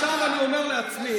עכשיו אני אומר לעצמי,